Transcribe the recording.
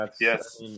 yes